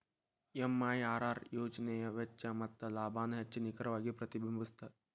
MIRR ಯೋಜನೆಯ ವೆಚ್ಚ ಮತ್ತ ಲಾಭಾನ ಹೆಚ್ಚ್ ನಿಖರವಾಗಿ ಪ್ರತಿಬಿಂಬಸ್ತ